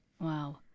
Wow